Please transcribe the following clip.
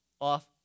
Off